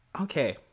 Okay